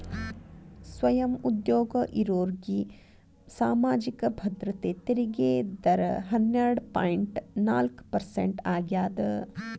ಸ್ವಯಂ ಉದ್ಯೋಗ ಇರೋರ್ಗಿ ಸಾಮಾಜಿಕ ಭದ್ರತೆ ತೆರಿಗೆ ದರ ಹನ್ನೆರಡ್ ಪಾಯಿಂಟ್ ನಾಲ್ಕ್ ಪರ್ಸೆಂಟ್ ಆಗ್ಯಾದ